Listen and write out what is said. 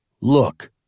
Look